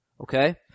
Okay